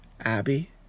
Abby